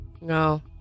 No